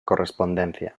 correspondencia